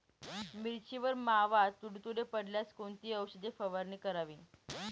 मिरचीवर मावा, तुडतुडे पडल्यास कोणती औषध फवारणी करावी?